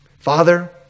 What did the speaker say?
Father